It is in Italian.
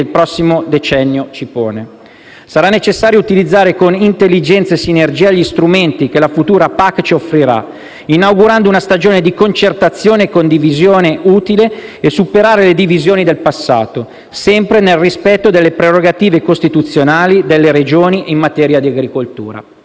il prossimo decennio ci pone. Sarà necessario utilizzare con intelligenza e sinergia gli strumenti che la futura PAC ci offrirà, inaugurando una stagione di concertazione e condivisione utile a superare le divisioni del passato, sempre nel rispetto delle prerogative costituzionali delle Regioni in materia di agricoltura